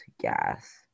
gas